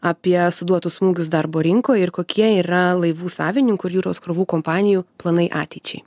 apie suduotus smūgius darbo rinkoj ir kokie yra laivų savininkų ir jūros krovų kompanijų planai ateičiai